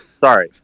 Sorry